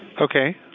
okay